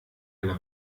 alle